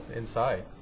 inside